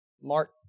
Mark